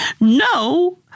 No